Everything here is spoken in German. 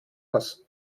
das